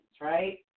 right